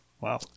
wow